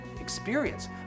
experience